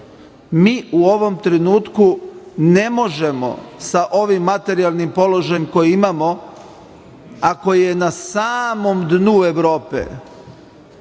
Mi u ovom trenutku ne možemo sa ovim materijalnim položajem koji imamo, a koje je na samom dnu Evrope,